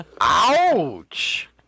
Ouch